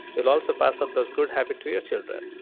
you'll also pass on those good habit to your children.